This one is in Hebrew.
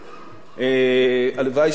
הלוואי שהיו רבים כמוך.